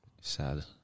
sad